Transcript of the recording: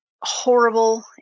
horrible